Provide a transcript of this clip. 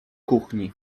kuchni